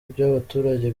by’abaturage